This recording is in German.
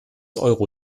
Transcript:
euro